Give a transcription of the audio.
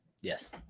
yes